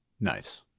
Nice